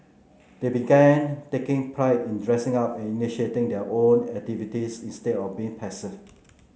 they began taking pride in dressing up and initiating their own activities instead of being passive